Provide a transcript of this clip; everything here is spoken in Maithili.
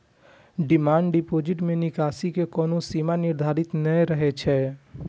डिमांड डिपोजिट मे निकासी के कोनो सीमा निर्धारित नै रहै छै